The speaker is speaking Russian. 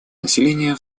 населения